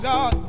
God